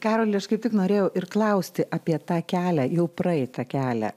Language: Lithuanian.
karoli aš kaip tik norėjau ir klausti apie tą kelią jau praeitą kelią